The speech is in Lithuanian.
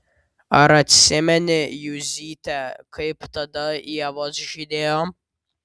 ar atsimeni juzyte kaip tada ievos žydėjo